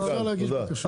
תודה.